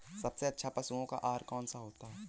सबसे अच्छा पशुओं का आहार कौन सा होता है?